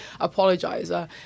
apologizer